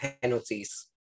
penalties